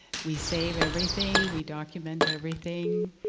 we save everything, we document everything.